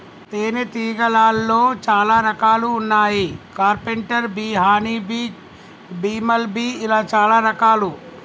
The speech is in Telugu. తేనే తీగలాల్లో చాలా రకాలు వున్నాయి carpenter bee honey bee, bumble bee ఇలా చాలా రకాలు